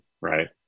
right